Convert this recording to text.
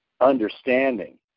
understanding